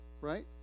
right